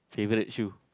favorite shoe